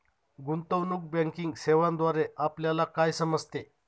गुंतवणूक बँकिंग सेवांद्वारे आपल्याला काय समजते?